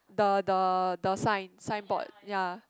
the the the sign sign board ya